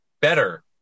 better